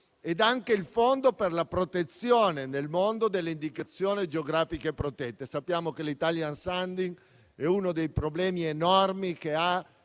ed anche il fondo per la protezione nel mondo delle indicazioni geografiche protette. Sappiamo che l'*italian sounding* è uno dei problemi enormi che ha